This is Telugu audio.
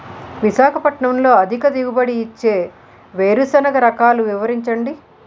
విశాఖపట్నంలో అధిక దిగుబడి ఇచ్చే వేరుసెనగ రకాలు వివరించండి?